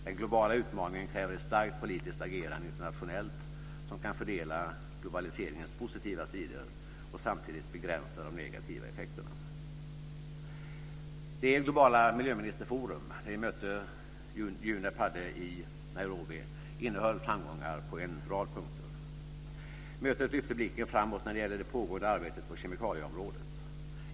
Den globala utmaningen kräver ett starkt politisk agerande internationellt som kan fördela globaliseringens positiva sidor och samtidigt begränsa de negativa effekterna. UNEP hade i Nairobi, innehöll framgångar på en rad punkter. Mötet lyfte blicken framåt när det gäller det pågående arbetet på kemikalieområdet.